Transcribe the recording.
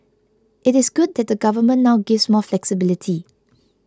it is good that the Government now gives more flexibility